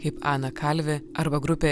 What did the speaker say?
kaip ana kalvi arba grupė